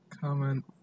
comment